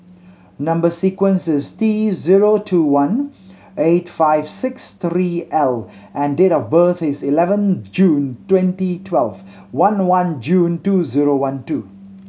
number sequence is T zero two one eight five six three L and date of birth is eleven June twenty twelve one one June two zero one two